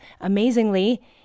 amazingly